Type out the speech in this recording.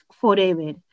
forever